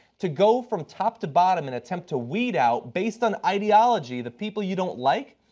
to go from top to bottom, and attempt to weed out, based on ideology, the people you don't like,